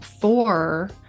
four